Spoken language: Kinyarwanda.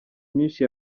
myinshi